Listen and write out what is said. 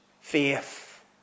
faith